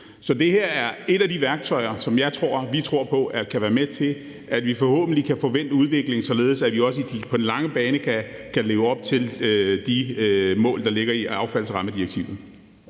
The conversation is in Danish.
Så det her er et af de værktøjer, som vi tror på kan være med til, at vi forhåbentlig kan få vendt udviklingen, således at vi også på den lange bane kan leve op til de mål, der ligger i affaldsrammedirektivet.